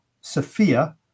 Sophia